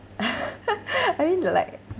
I mean like